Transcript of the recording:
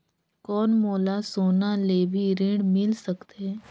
कौन मोला सोना ले भी ऋण मिल सकथे?